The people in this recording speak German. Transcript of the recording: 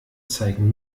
zeigen